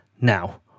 Now